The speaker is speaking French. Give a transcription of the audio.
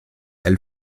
elle